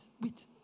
wait